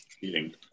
eating